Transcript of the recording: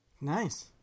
Nice